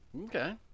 Okay